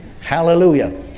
Hallelujah